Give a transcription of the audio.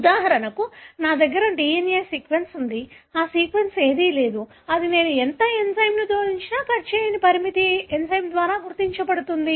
ఉదాహరణకు నా దగ్గర DNA సీక్వెన్స్ ఉంది ఆ సీక్వెన్స్ ఏదీ లేదు అది నేను ఎంత ఎంజైమ్ని జోడించినా కట్ చేయని పరిమితి ఎంజైమ్ ద్వారా గుర్తించబడుతుంది